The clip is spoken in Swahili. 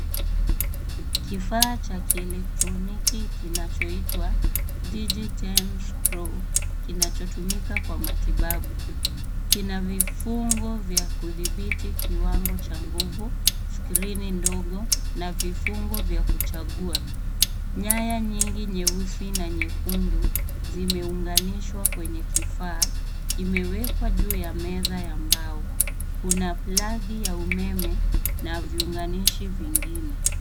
Kifaa cha kielectroniki kinachoitwa digiten spro kinachotumika kwa matibabu kina vifungo vya kudhibiti kiwango cha nguvu, skrini ndogo na vifungo vya kuchagua. Nyaya nyingi nyeusi na nyekundu zimeunganishwa kwenye kifaa ya mbao. Kuna plagi ya umeme na viunganishi vingine.